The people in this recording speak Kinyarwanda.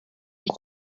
ngo